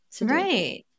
right